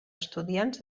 estudiants